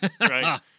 right